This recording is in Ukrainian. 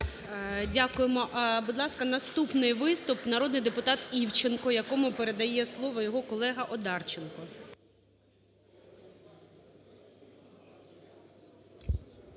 Дякуємо. Будь ласка, наступний виступ - народний депутат Івченко, якому передає слово його колега Одарченко.